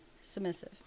submissive